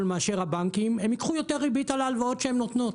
מאשר הבנקים הן יקחו יותר ריבית על ההלוואות שהן נותנות.